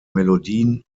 melodien